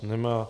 Nemá.